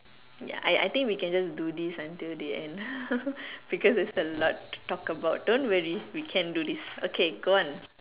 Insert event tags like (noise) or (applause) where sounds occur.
ya I I think we can just do this until the end (laughs) because there is a lot talk about don't worry we can do this okay go on